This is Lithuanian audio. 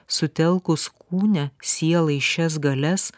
sutelkus kūne sielai šias galias